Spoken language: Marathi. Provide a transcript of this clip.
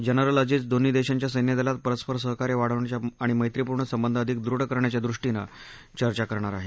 जनरल अजीज दोन्ही देशांच्या सैन्य दलात परस्पर सहकार्य वाढवण्याच्या आणि मैत्रिपूर्ण संबंध अधिक दृढ करण्याच्या दृष्टीनं चर्चा करणार आहेत